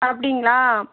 அப்படிங்களா